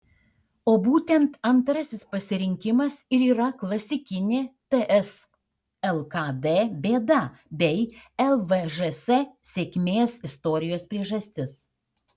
o būtent antrasis pasirinkimas ir yra klasikinė ts lkd bėda bei lvžs sėkmės istorijos priežastis